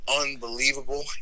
Unbelievable